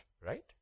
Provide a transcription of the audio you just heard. right